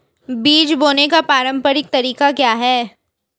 बीज बोने का पारंपरिक तरीका क्या है?